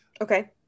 okay